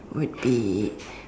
would be